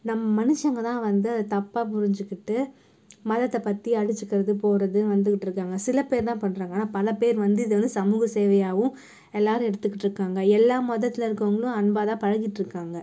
நம் மனுஷங்க தான் வந்து அதை தப்பாக புரிஞ்சுக்கிட்டு மதத்தை பற்றி அடித்துக்கிறது போகிறதுன்னு வந்துக்கிட்டுருக்காங்க சில பேர் தான் பண்ணுறாங்க ஆனால் பல பேர் வந்து இதை வந்து சமூக சேவையாகவும் எல்லோரும் எடுத்துக்கிட்டிருக்காங்க எல்லா மதத்தில் இருக்கறவங்களும் அன்பாகதான் பழகிட்டிருக்காங்க